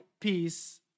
peace